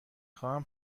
خواهم